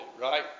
right